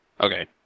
Okay